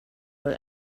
will